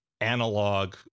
analog